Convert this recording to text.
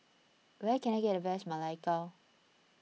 where can I get the best Ma Lai Gao